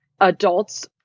adults